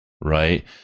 right